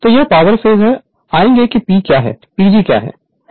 तो यह power phase है हम आएंगे कि P क्या है PG क्या है